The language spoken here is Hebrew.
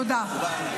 תודה.